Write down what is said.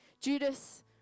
Judas